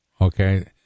okay